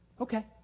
okay